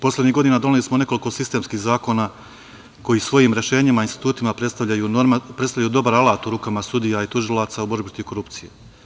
Poslednjih godina doneli smo nekoliko sistemskih zakona koji svojim rešenjima i institutima predstavljaju dobar alat u rukama sudija i tužilaca u borbi protiv korupcije.